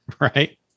Right